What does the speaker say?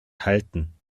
halten